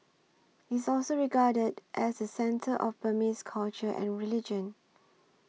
it's also regarded as the centre of Burmese culture and religion